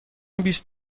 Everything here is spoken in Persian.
بیست